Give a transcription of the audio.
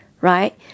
right